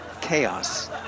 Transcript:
chaos